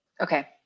Okay